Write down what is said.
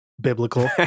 biblical